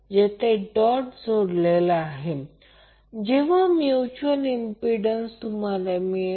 जेथे डॉट जोडलेला आहे म्हणजेच म्यूच्यूअल इम्पिडंस तुम्हाला मिळेल